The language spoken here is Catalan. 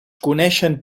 coneixen